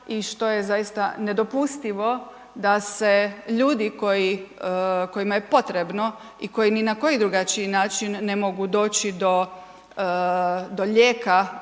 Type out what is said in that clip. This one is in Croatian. i što je zaista nedopustivo da se ljudi koji, kojima je potrebno i koji ni na koji drugačiji način ne mogu doći do lijeka